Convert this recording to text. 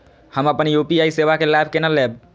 हम अपन यू.पी.आई सेवा के लाभ केना लैब?